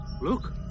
Look